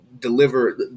deliver